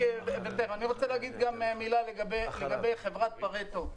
אני רוצה גם לומר משהו לגבי חברת פרטו.